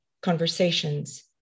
conversations